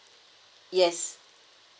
yes